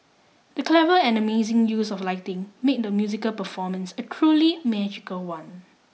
the clever and amazing use of lighting made the musical performance a truly magical one